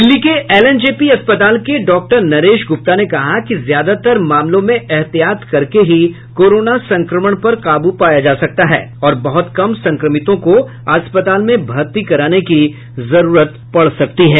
दिल्ली के एलएनजेपी अस्पताल के डॉ नरेश गुप्ता ने कहा कि ज्यादातर मामलों में एहतियात करके ही कोरोना संक्रमण पर काबू पाया जा सकता है और बहुत कम संक्रमितों को अस्पताल में भर्ती कराने की जरूरत पड सकती है